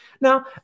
Now